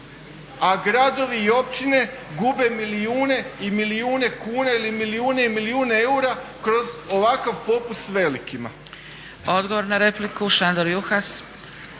A gradovi i općine gube milijune i milijune kuna ili milijune i milijune eura kroz ovakav popust velikima. **Zgrebec, Dragica